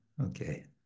Okay